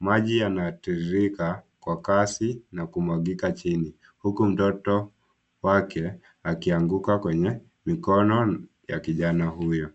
Maji yanatiririka kwa kasi na kumwagika chini huku mtoto wake akianguka kwenye mikono ya kijana huyo.